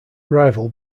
rival